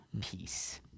peace